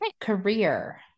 Career